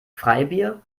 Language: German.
freibier